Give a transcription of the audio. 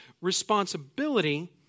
responsibility